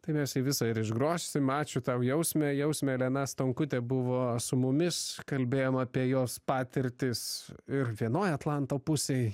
tai mes jį visą ir išgrosim ačiū tau jausme jausmė elena stonkutė buvo su mumis kalbėjom apie jos patirtis ir vienoj atlanto pusėj